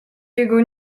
jego